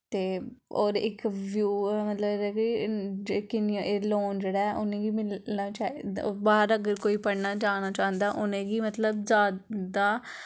ते होर इक मतलब कि लोन जेह्ड़ा ऐ उ'नें गी मिलना चाहिदा बाह्र अगर कोई पढ़न जाना चाह्ंदा ऐ उ'नें गी मतलब जैदा